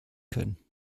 können